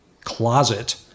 closet